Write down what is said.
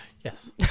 yes